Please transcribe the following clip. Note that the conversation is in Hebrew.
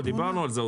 דיברנו על זה.